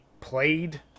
played